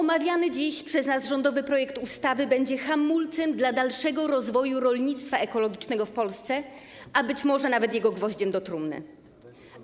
Omawiany dziś przez nas rządowy projekt ustawy będzie hamulcem dla dalszego rozwoju rolnictwa ekologicznego w Polsce, a być może nawet jego gwoździem do trumny.